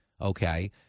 okay